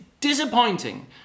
disappointing